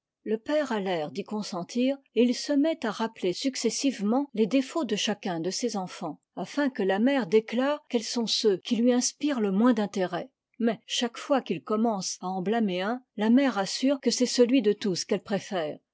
le père a l'air d'y consentir et il se met à rappeler successivement les défauts de chacun de ses enfants afin que la mère déclare quels sont ceux qui lui inspirent le moins d'intérêt mais chaque fois qu'il commence à en blâmer un la mère assure que c'est celui de tous qu'elle préfère